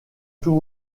tout